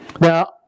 Now